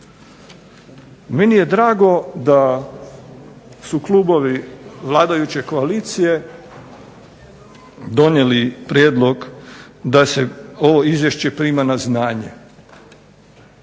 Meni je drago da su klubovi vladajuće koalicije donijeli prijedlog da se ovo izvješće prima na znanje.